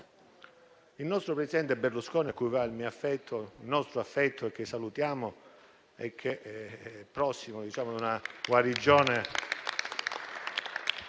Il nostro presidente Berlusconi, a cui va il mio e il nostro affetto, che salutiamo e che è prossimo a una guarigione